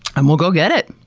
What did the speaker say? um we'll go get it!